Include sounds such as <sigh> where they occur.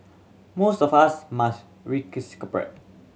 most of us must <unintelligible>